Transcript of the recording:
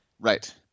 Right